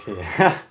okay